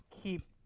keep